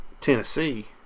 Tennessee